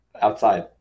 Outside